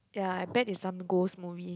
ya I bet is some ghost movie